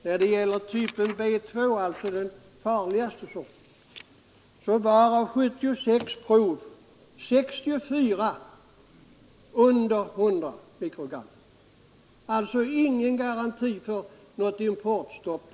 När det gäller typen B 2, alltså den farligaste sorten, låg av 76 prov 64 under 100 mikrogram. Det finns alltså inte heller i det fallet någon garanti för ett importstopp.